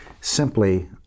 simply